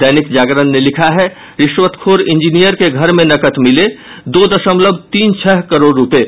दैनिक जागरण ने लिखा है रिश्वतखोर इंजीनियर के घर में नकद मिले दो दशमलव तीन छह करोड़ रूपये